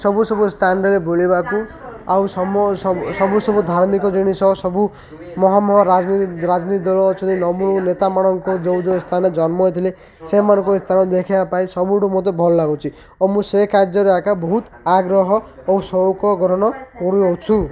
ସବୁ ସବୁ ସ୍ଥାନରେ ବୁଲିବାକୁ ଆଉ ସବୁ ସବୁ ଧାର୍ମିକ ଜିନିଷ ସବୁ ମହା ମହା ରାଜନୀତି ଦଳ ଅଛନ୍ତି ନବ ନେତାମାନଙ୍କୁ ଯେଉଁ ଯେଉଁ ସ୍ଥାନ ଜନ୍ମ ହୋଇଥିଲେ ସେମାନଙ୍କୁ ସ୍ଥାନ ଦେଖେଇବା ପାଇଁ ସବୁଠୁ ମୋତେ ଭଲ ଲାଗୁଛି ଓ ମୁଁ ସେ କାର୍ଯ୍ୟରେ ଆକା ବହୁତ ଆଗ୍ରହ ଓ ସଉକ ଗ୍ରହଣ କରୁଅଛୁ